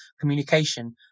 communication